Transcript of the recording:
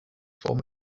form